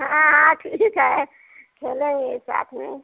हाँ ठीक है खेलेंगे साथ में